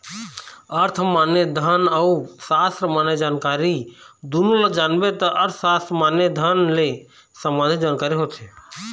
अर्थ माने धन अउ सास्त्र माने जानकारी दुनो ल जानबे त अर्थसास्त्र माने धन ले संबंधी जानकारी होथे